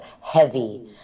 heavy